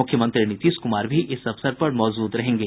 मुख्यमंत्री नीतीश कुमार भी इस अवसर पर मौजूद रहेंगे